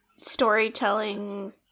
storytelling